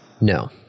No